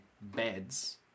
beds